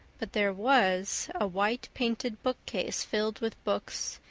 but there was a white-painted bookcase filled with books,